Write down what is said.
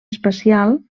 especial